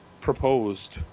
proposed